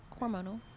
Hormonal